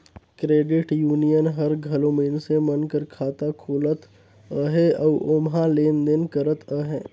credit union हर घलो मइनसे मन कर खाता खोलत अहे अउ ओम्हां लेन देन करत अहे